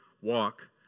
walk